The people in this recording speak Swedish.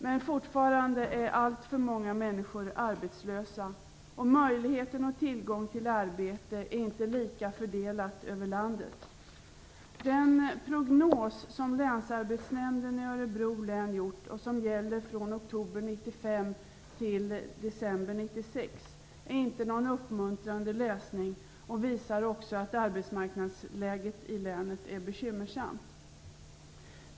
Men fortfarande är alltför många människor arbetslösa, och möjligheterna och tillgången till arbete är inte lika fördelade över landet. Den prognos som Länsarbetsnämnden i Örebro län har gjort och som gäller från oktober 1995 till december 1996 är inte någon uppmuntrande läsning, och den visar också att arbetsmarknadsläget i länet är bekymmersamt.